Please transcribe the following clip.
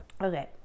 Okay